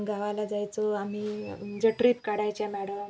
गावाला जायचो आम्ही म्हणजे ट्रिप काढायच्या मॅडम